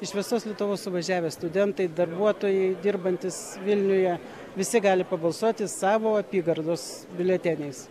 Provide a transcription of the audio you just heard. iš visos lietuvos suvažiavę studentai darbuotojai dirbantys vilniuje visi gali pabalsuoti savo apygardos biuleteniais